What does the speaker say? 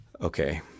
Okay